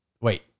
Wait